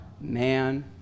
man